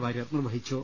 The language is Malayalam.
വാര്യർ നിർവ്വഹിച്ചു